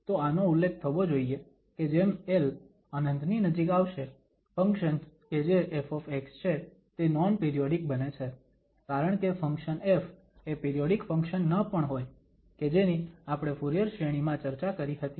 તો આનો ઉલ્લેખ થવો જોઈએ કે જેમ l ∞ ની નજીક આવશે ફંક્શન કે જે ƒ છે તે નોન પિરિયોડીક બને છે કારણકે ફંક્શન ƒ એ પિરિયોડીક ફંક્શન ન પણ હોય કે જેની આપણે ફુરીયર શ્રેણી માં ચર્ચા કરી હતી